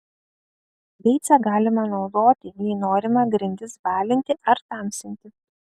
beicą galima naudoti jei norima grindis balinti ar tamsinti